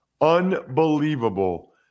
Unbelievable